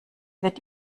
wird